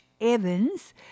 Evans